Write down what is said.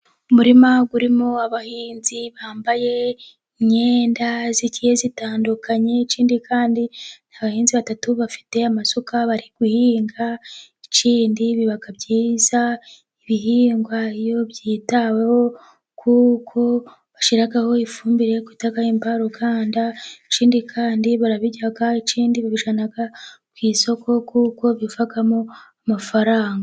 Umurima urimo abahinzi bambaye imyenda igiye itandukanye, ikindi kandi abahinzi batatu bafite amasuka bari guhinga, ikindi biba byiza ibihingwa iyo byitaweho kuko bashyiraho ifumbire twita imvaruganda, ikindi kandi barabirya, ikindi kandi babijyana ku isoko kuko bivamo amafaranga.